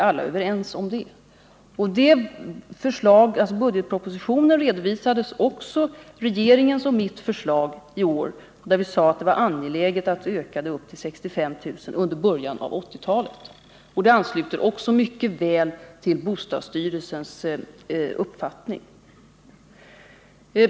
I budgetpropositionen i år redovisades regeringens och mitt förslag, och vi sade där att det var angeläget att bostadsbyggandet under början av 1980-talet ökade till 65 000 lägenheter. Det ansluter mycket väl till bostadsstyrelsens uppfattning.